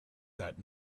that